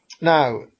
Now